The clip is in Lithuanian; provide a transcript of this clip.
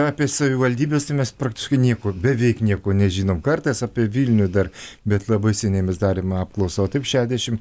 apie savivaldybes tai mes praktiškai nieko beveik nieko nežinom kartais apie vilniuje dar bet labai seniai mes darėme apklausą o taip šešiasdešimt